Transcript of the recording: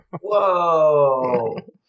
Whoa